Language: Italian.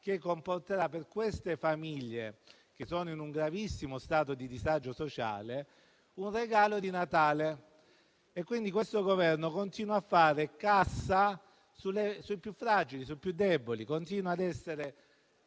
comporterà per queste famiglie che sono in un gravissimo stato di disagio sociale un bel regalo di Natale. Questo Governo, quindi, continua a fare cassa sui più fragili, sui più deboli, continua ad essere